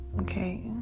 okay